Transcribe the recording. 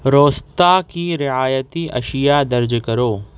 روستا کی رعایتی اشیاء درج کرو